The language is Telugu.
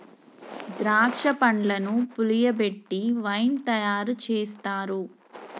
ద్రాక్ష పండ్లను పులియబెట్టి వైన్ తయారు చేస్తారు